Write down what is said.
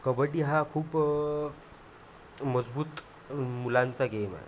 कबड्डी हा खूप मजबूत मुलांचा गेम आहे